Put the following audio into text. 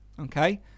okay